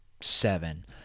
seven